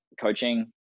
coaching